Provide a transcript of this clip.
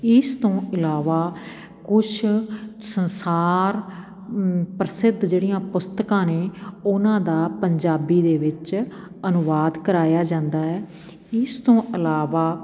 ਇਸ ਤੋਂ ਇਲਾਵਾ ਕੁਛ ਸੰਸਾਰ ਪ੍ਰਸਿੱਧ ਜਿਹੜੀਆਂ ਪੁਸਤਕਾਂ ਨੇ ਉਹਨਾਂ ਦਾ ਪੰਜਾਬੀ ਦੇ ਵਿੱਚ ਅਨੁਵਾਦ ਕਰਵਾਇਆ ਜਾਂਦਾ ਹੈ ਇਸ ਤੋਂ ਇਲਾਵਾ